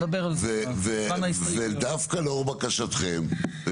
ודווקא לאור בקשתכם,